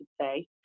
say